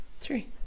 three